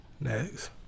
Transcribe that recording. Next